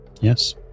yes